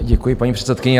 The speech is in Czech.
Děkuji, paní předsedkyně.